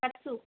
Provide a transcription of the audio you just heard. cut shoe